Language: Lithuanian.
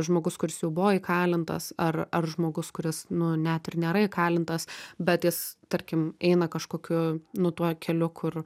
žmogus kuris jau buvo įkalintas ar ar žmogus kuris nu net ir nėra įkalintas bet jis tarkim eina kažkokiu nu tuo keliu kur